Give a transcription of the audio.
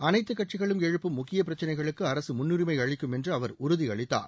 அனைத்து கட்சிகளும் எழுப்பும் முக்கிய பிரச்சினைகளுக்கு அரசு முன்னுரிமை அளிக்கும் என்று அவர் உறுதி அளித்தார்